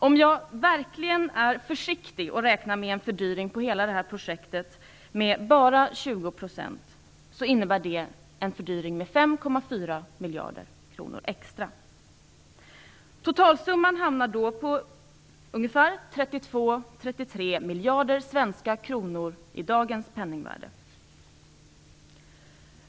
Om jag verkligen är försiktig och räknar med en fördyring för hela detta projekt med bara 20 %, innebär det en fördyring med 5,4 miljarder kronor. Totalsumman hamnar då på 32-33 miljarder svenska kronor i dagens penningvärde.